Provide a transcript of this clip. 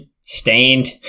stained